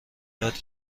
یاد